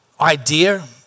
idea